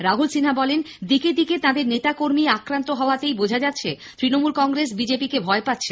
রাহুল সিনহা বলেন দিকে দিকে তাঁদের নেতা কর্মী আক্রান্ত হওয়াতেই বোঝা যাচ্ছে তৃণমূল কংগ্রেস বিজেপিকে ভয় পাচ্ছে